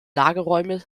lagerräume